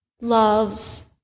loves